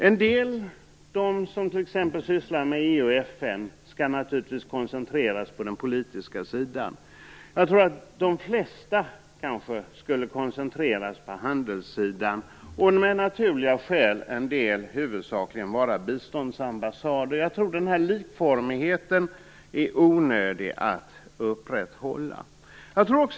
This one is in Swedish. En del, t.ex. de som sysslar med EU och FN skall naturligtvis koncentreras på den politiska sidan, en del - de flesta tror jag - skall koncentreras på handelssidan och en del huvudsakligen vara biståndsambassader. Jag tror att den här likformigheten är onödig att upprätthålla.